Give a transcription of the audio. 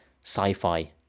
sci-fi